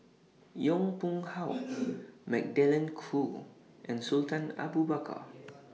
Yong Pung How Magdalene Khoo and Sultan Abu Bakar